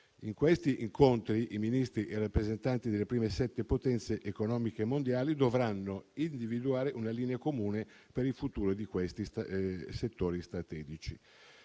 In questi incontri i Ministri e i rappresentanti delle prime sette potenze economiche mondiali dovranno individuare una linea comune per il futuro di questi settori strategici.